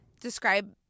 describe